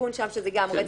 התיקון שזה גם רצח ורצח